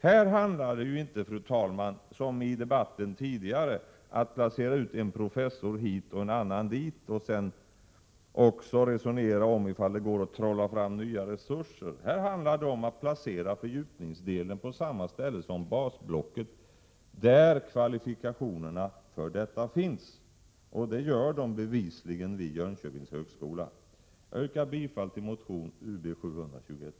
Här handlar det inte, fru talman, som i debatten tidigare om att placera ut en professor hit och en annan dit eller om att trolla fram nya resurser utan här handlar det om att placera fördjupningsdelen på samma ställe som basblocket, där kvalifikationerna för detta finns. Det gör de bevisligen vid Jönköpings högskola. Jag yrkar bifall till motion Ub721.